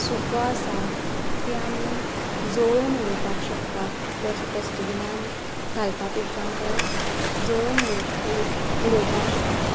सुको आसा तें आमी जळोवन उडोवपाक शकतात ड डस्टबीनांत घालपा पेक्षा तो जळोवन उ उडोवपाक शकतात